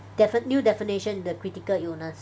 they've a new definition the critical illness